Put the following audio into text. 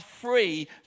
free